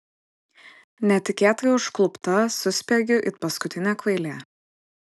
netikėtai užklupta suspiegiu it paskutinė kvailė